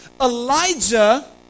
Elijah